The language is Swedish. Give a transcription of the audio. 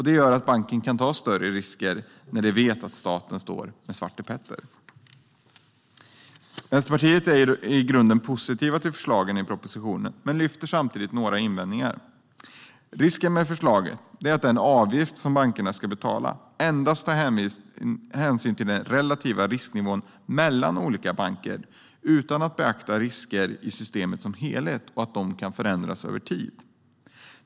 Det gör att banken kan ta större risker när de vet att staten står med Svarte Petter. Vänsterpartiet är i grunden positivt till förslagen i propositionen men lyfter samtidigt fram några invändningar. Risken med förslaget är att den avgift som bankerna ska betala endast tar hänsyn till den relativa risknivån mellan olika banker utan att beakta risker i systemet som helhet och att de kan förändras över tid.